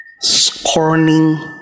Scorning